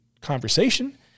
conversation